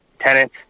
tenant